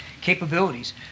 capabilities